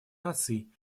наций